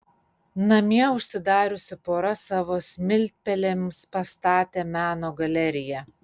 namie užsidariusi pora savo smiltpelėms pastatė meno galeriją